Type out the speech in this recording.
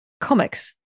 comics